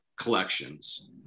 collections